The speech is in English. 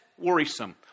worrisome